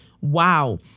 Wow